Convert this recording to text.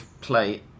play